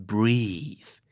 Breathe